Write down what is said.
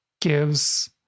gives